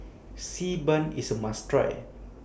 Xi Ban IS must Try